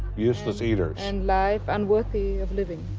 useless eaters. and life unworthy of living.